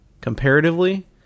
comparatively